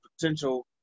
potential